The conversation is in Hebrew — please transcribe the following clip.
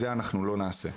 את זה אנחנו לא נעשה.